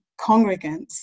congregants